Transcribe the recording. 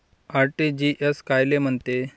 RTGS कायले म्हनते?